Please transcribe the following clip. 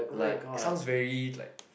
like sounds very like